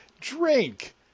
Drink